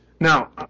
Now